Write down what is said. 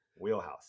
wheelhouse